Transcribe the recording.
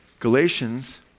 Galatians